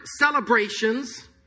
celebrations